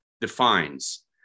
defines